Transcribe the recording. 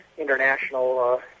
international